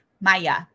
Maya